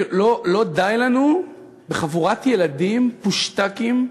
לא די לנו בחבורת ילדים, פושטקים,